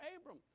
Abram